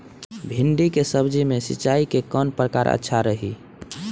भिंडी के सब्जी मे सिचाई के कौन प्रकार अच्छा रही?